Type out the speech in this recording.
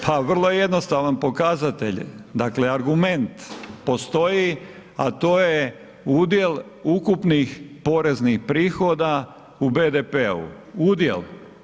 Pa vrlo jednostavan pokazatelj, dakle argument postoji, a to je udjel ukupnih poreznih prihoda u BDP-u, udjel.